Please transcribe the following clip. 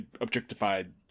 objectified